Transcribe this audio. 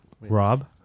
Rob